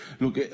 look